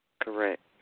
Correct